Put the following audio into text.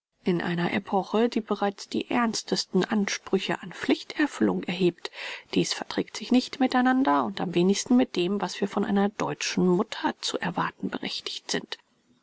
in einer epoche die bereits die ernstesten ansprüche an pflichterfüllung erhebt dies verträgt sich nicht miteinander und am wenigsten mit dem was wir von einer deutschen mutter zu erwarten berechtigt sind